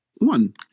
one